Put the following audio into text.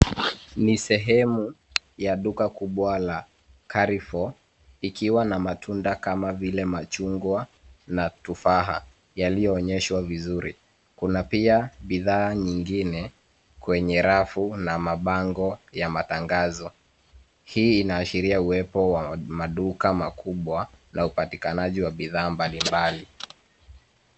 Ni sehemu ya duka kubwa la Carrefour, ikiwa na matunda kama vile machungwa na tufaha yaliyoonyeshwa vizuri. Kuna pia bidhaa nyingine kwenye rafu na mabango ya matangazo. Hii inaashiria uwepo wa maduka makubwa na upatikanaji wa bidhaa mbalimbali.